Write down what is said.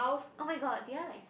oh-my-god did I like speak